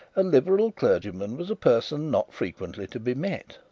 a liberal clergyman was a person not frequently to be met.